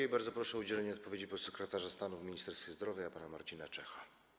I bardzo proszę o udzielenie odpowiedzi podsekretarza stanu w Ministerstwie Zdrowia pana Marcina Czecha.